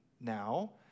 now